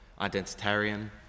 identitarian